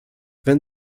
wenn